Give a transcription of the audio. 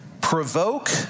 provoke